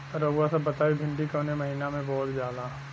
रउआ सभ बताई भिंडी कवने महीना में बोवल जाला?